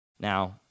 Now